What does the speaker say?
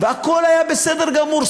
והכול היה בסדר גמור,